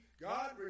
God